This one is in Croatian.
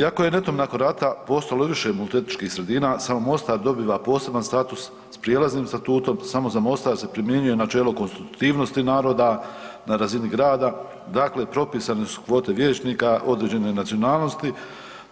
Iako je netom nakon rata postojalo više multietničkih sredina samo Mostar dobiva poseban status s prijelaznim statutom, samo za Mostar se primjenjuje načelo konstitutivnosti naroda na razini grada, dakle propisane su kvote vijećnika određene nacionalnosti,